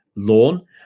Loan